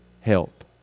help